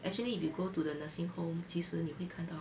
actually if you go to the nursing home 其实你会看到